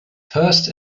first